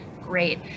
great